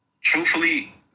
Truthfully